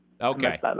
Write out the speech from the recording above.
Okay